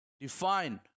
Define